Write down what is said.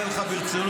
אענה לך ברצינות.